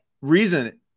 reason